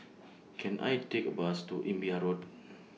Can I Take A Bus to Imbiah Road